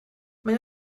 mae